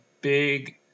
big